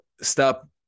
stop